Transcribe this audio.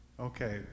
Okay